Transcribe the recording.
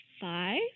five